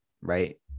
right